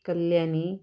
Kalyani